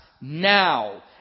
now